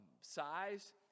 size